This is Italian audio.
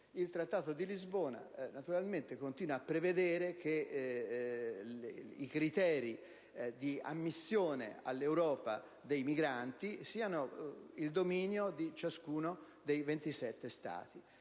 Il Trattato di Lisbona naturalmente continua a prevedere che i criteri di ammissione dei migranti all'Europa siano il dominio di ciascuno dei 27 Stati;